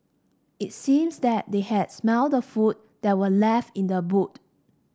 it seems that they had smelt the food that were left in the boot